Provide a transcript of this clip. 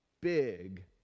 big